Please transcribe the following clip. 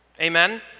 Amen